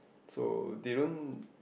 so they don't